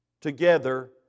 together